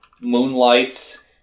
moonlights